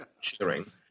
cheering